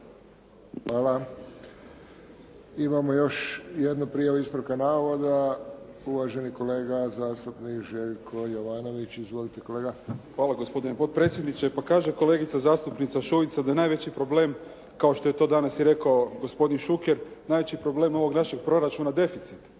Hvala. Imamo još jednu prijavu ispravka navoda uvaženi kolega zastupnik Željko Jovanović. Izvolite, kolega. **Jovanović, Željko (SDP)** Hvala, gospodine potpredsjedniče. Pa kaže kolegica zastupnica Šuica da je najveći problem kao što je to danas rekao gospodin Šuker najveći problem ovog našeg proračuna deficit.